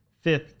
fifth